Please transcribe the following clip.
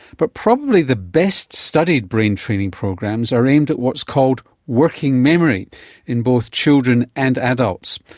but probably the best studied brain training programs are aimed at what's called working memory in both children and adults.